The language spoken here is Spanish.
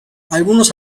algunos